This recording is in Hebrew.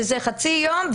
שזה חצי יום,